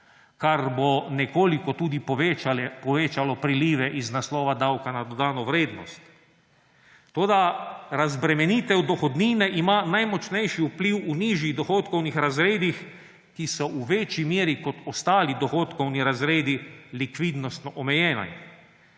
kar bo nekoliko tudi povečalo prilive iz naslova davka na dodano vrednost, toda razbremenitev dohodnine ima najmočnejši vpliv v nižjih dohodkovnih razredih, ki so v večji meri kot ostali dohodkovni razredi likvidnostno omejeni.